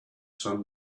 sun